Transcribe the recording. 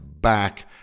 back